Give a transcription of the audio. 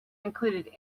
included